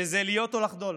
שזה להיות או לחדול.